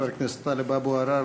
חבר הכנסת טלב אבו עראר.